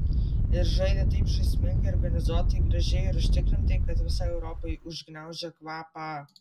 ir žaidė taip žaismingai organizuotai gražiai ir užtikrintai kad visai europai užgniaužė kvapą